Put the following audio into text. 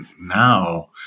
now